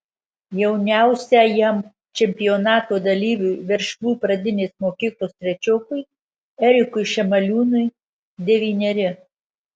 jauniausiajam čempionato dalyviui veršvų pradinės mokyklos trečiokui erikui šemaliūnui devyneri